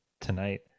tonight